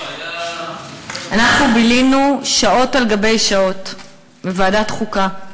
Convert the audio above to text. לא, היה, בילינו שעות על גבי שעות בוועדת החוקה עם